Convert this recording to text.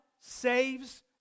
saves